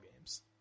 games